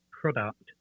product